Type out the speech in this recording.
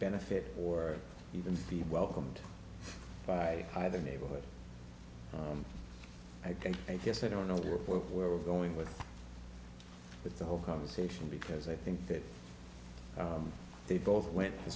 benefit or even be welcomed by either neighborhood i think i guess i don't know where we're going with but the whole conversation because i think that they both went to